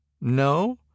No